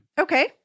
Okay